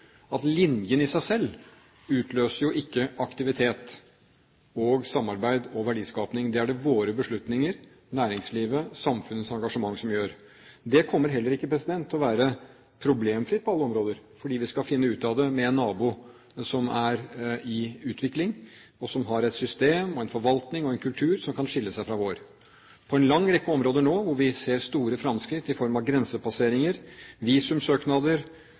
at linjen i seg selv utløser jo ikke aktivitet og samarbeid og verdiskaping. Det er det våre beslutninger, næringslivet, samfunnets engasjement som gjør. Det kommer heller ikke til å være problemfritt på alle områder, fordi vi skal finne ut av det med en nabo som er i utvikling, og som har et system og en forvaltning og en kultur som kan skille seg fra vår. På en lang rekke områder nå, hvor vi ser store fremskritt i form av grensepasseringer, visumsøknader,